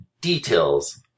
details